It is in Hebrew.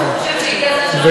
אני חושבת שהגיע הזמן, נכון.